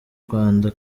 rwanda